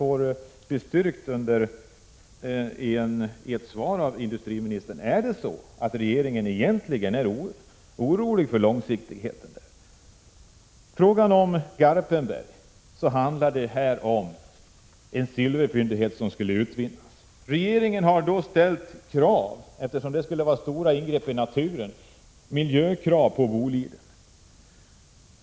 Är det alltså så, industriministern, att regeringen egentligen är orolig när det gäller långsiktigheten i detta sammanhang? När det gäller Garpenberg handlar det alltså om en silverfyndighet. Man skulle utvinna silver där. Eftersom verksamheten skulle innebära stora ingrepp i naturen, har regeringen ställt krav på Boliden i miljöavseende.